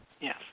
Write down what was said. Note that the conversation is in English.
Yes